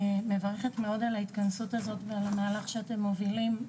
על ההתכנסות ועל המהלך שאתם מובילים.